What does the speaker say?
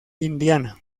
indiana